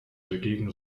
dagegen